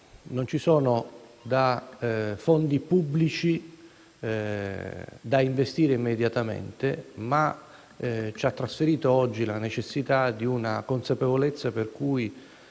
non ci sono fondi pubblici da investire immediatamente, ma ci ha trasferito oggi la necessità di una consapevolezza, per cui